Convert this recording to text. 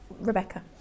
Rebecca